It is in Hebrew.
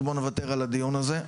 אז בוא נוותר על הדיון הזה.